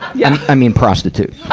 yeah i mean prostitute.